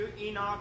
Enoch